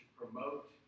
promote